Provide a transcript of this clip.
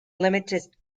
limited